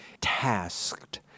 tasked